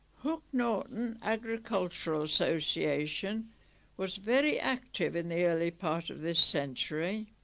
hook norton agricultural association was very active in the early part of this century